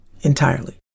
entirely